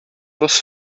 was